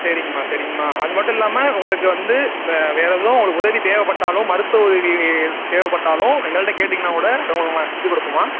சரிங்கம்மா சரிங்கம்மா அது மட்டும் இல்லாமல் உங்களுக்கு வந்து வேறு எதுவும் உங்களுக்கு உதவி தேவைப்பட்டாலும் மருத்துவ உதவி தேவைப்பட்டாலும் எங்கள்கிட்ட கேட்டீங்கன்னால் கூட உங்களுக்கு நாங்கள் செஞ்சுக் கொடுப்போம்மா